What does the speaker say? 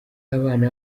abana